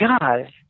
God